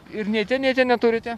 ir nei ten nei ten neturite